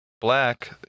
black